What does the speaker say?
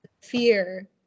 fear